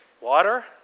water